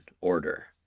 order